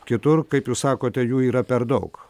kitur kaip jūs sakote jų yra per daug